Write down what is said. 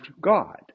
God